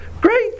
Great